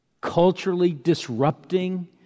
culturally-disrupting